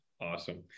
Awesome